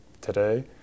today